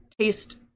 taste